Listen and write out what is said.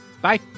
Bye